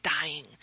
dying